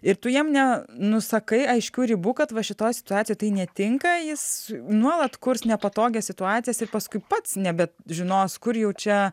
ir tu jam ne nusakai aiškių ribų kad va šitoj situacijoj tai netinka jis nuolat kurs nepatogias situacijas ir paskui pats nebe žinos kur jau čia